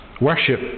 Worship